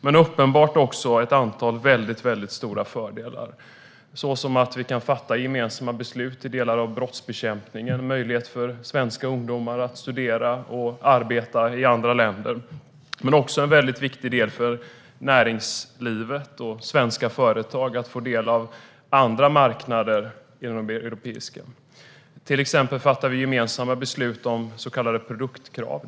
Men det är uppenbart att det också finns ett antal väldigt stora fördelar, såsom att vi kan fatta gemensamma beslut i delar av brottsbekämpningen och att det finns möjlighet för svenska ungdomar att studera och arbeta i andra länder. Det finns också en viktig del för näringslivet och svenska företag, nämligen möjligheten att få del av andra marknader i Europa. Till exempel fattar vi gemensamma beslut om så kallade produktkrav.